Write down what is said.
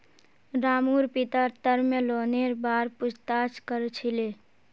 रामूर पिता टर्म लोनेर बार पूछताछ कर छिले